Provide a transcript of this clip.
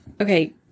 okay